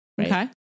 Okay